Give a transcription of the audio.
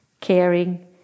caring